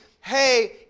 Hey